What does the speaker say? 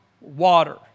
water